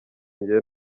njyewe